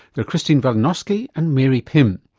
they're christine veljanosky and mary pym.